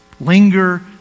linger